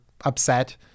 upset